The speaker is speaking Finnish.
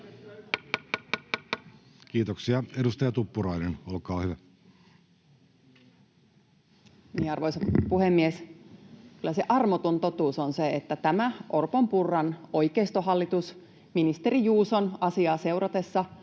Werning sd) Time: 16:19 Content: Arvoisa puhemies! Kyllä se armoton totuus on se, että tämä Orpon—Purran oikeistohallitus, ministeri Juuson asiaa seuratessa,